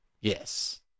Yes